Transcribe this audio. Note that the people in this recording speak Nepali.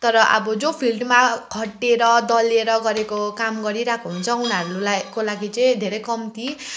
तर अब जो फिल्डमा खटिएर दलिएर गरेको काम गरिरहेको हुन्छ उनीहरूलाईको लागि चाहिँ धेरै कम्ती